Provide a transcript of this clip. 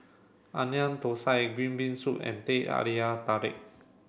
Onion Thosai Green Bean Soup and Teh Halia Tarik